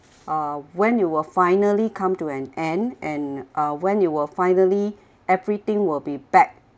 uh when you will finally come to an end and uh when you will finally everything will be back